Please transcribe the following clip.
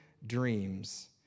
dreams